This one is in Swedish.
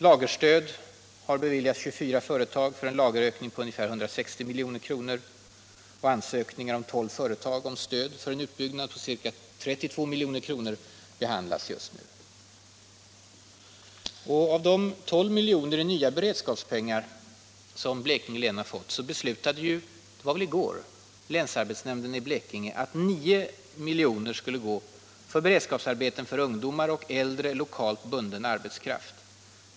Lagerstöd har beviljats 24 företag för en lagerökning på ungefär 160 milj.kr., och ansökningar från tolv företag om stöd för en utbyggnad för ca 32 milj.kr. behandlas just nu. Och av de 12 milj.kr. i nya beredskapspengar som Blekinge län har fått, beslutade i går länsarbetsnämnden i Blekinge att 9 milj.kr. skulle gå till beredskapsarbeten för ungdomar och äldre lokalt bunden arbetskraft.